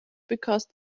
because